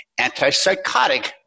antipsychotic